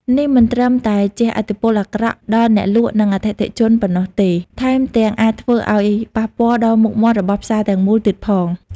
នេះមិនត្រឹមតែជះឥទ្ធិពលអាក្រក់ដល់អ្នកលក់ និងអតិថិជនប៉ុណ្ណោះទេ ថែមទាំងអាចធ្វើឱ្យប៉ះពាល់ដល់មុខមាត់របស់ផ្សារទាំងមូលទៀតផង។